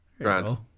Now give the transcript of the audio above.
Grant